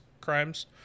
crimes